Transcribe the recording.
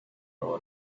our